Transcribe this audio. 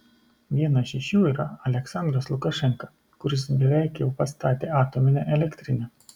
vienas iš jų yra aliaksandras lukašenka kuris beveik jau pastatė atominę elektrinę